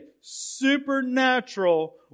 supernatural